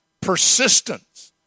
Persistence